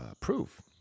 proof